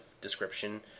description